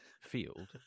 field